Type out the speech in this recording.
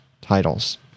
titles